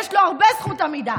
יש לו הרבה זכות עמידה.